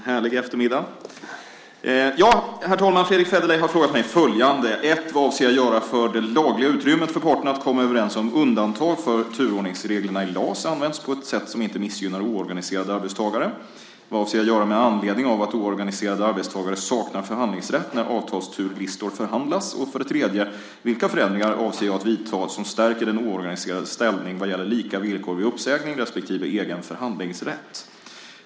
Herr talman! Fredrick Federley har frågat mig följande: 1. Vad avser statsrådet att göra för att det lagliga utrymmet för parterna att komma överens om undantag från turordningsreglerna i LAS används på ett sätt som inte missgynnar oorganiserade arbetstagare? 2. Vad avser statsrådet att göra med anledning av att oorganiserade arbetstagare saknar förhandlingsrätt när avtalsturlistor förhandlas? 3. Vilka förändringar avser statsrådet att vidta som stärker den oorganiserades ställning vad gäller lika villkor vid uppsägning respektive egen förhandlingsrätt?